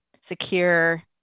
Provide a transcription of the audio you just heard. secure